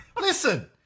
listen